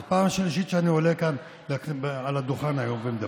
זו פעם השלישית שאני עולה היום כאן לדוכן ומדבר,